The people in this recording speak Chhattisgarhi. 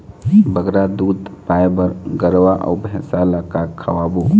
बगरा दूध पाए बर गरवा अऊ भैंसा ला का खवाबो?